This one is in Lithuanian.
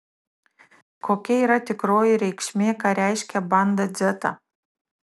kokia yra tikroji reikšmė ką reiškia banda dzeta